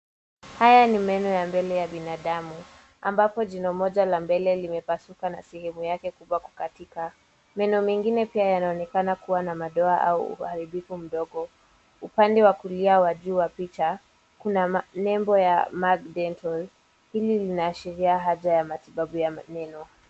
Haya ni meno ya mbele ya binadamu ambapo jino moja la mbele limepasuka na sehemu yake kubwa kukatika. Meno mengine pia yanaonekana kua na madoa au uharibifu mdogo. Upande wa kulia wa juu wa picha kuna nembo ya MAC Dental hili linaashiria haja ya matibabu ya meno.